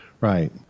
Right